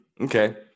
Okay